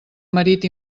marit